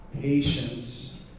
patience